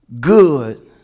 good